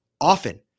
often